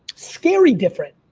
scary different.